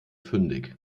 fündig